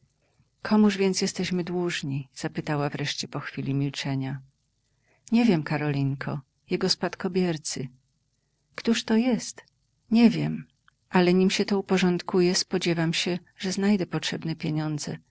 komuż więc jesteśmy dłużni zapytała wreszcie po chwili milczenia nie wiem karolinko jego spadkobiercy któż to jest nie wiem ale nim się to uporządkuje spodziewam się że znajdę potrzebne pieniądze